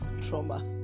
trauma